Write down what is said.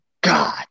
God